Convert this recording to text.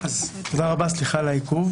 תודה רבה, סליחה על העיכוב.